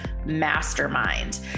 mastermind